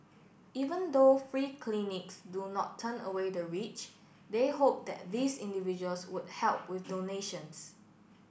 even though free clinics do not turn away the rich they hope that these individuals would help with donations